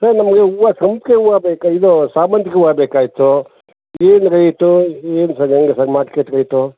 sir ನಮಗೆ ಹೂವ ಸಂಪಿಗೆ ಹೂವ ಬೇಕು ಇದು ಸಾಮಂತಿಗೆ ಹೂವ ಬೇಕಾಗಿತ್ತು ಏನು ರೇಟು ಏನು ಸರ್ ಹೆಂಗೆ ಸರ್ ಮಾರ್ಕೆಟ್ ರೇಟು